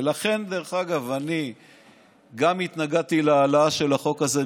ולכן אני גם התנגדתי להעלאה של החוק הזה,